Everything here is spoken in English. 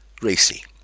Gracie